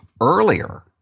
earlier